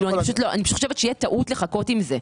יהיה טעות לחכות עם זה.